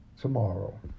tomorrow